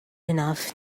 enough